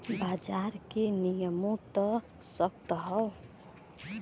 बाजार के नियमों त सख्त हौ